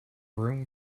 room